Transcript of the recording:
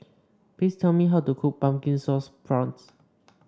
please tell me how to cook Pumpkin Sauce Prawns